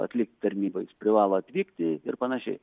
atlikti tarnybą jis privalo atvykti ir panašiai